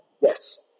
Yes